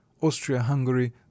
Austria-Hungary